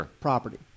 property